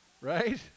Right